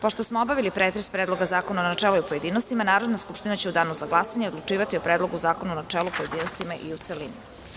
Pošto smo obavili pretres Predloga zakona u načelu i pojedinostima, Narodna skupština će u danu za glasanje odlučivati o Predlogu zakona u načelu, pojedinostima i u celini.